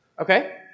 Okay